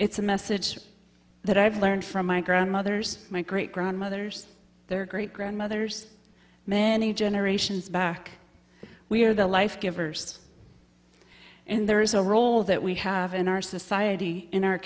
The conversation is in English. it's a message that i've learned from my grandmothers my great grandmother's their great grandmother's many generations back we are the life givers and there is a role that we have in our society in our